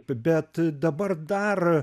bet dabar dar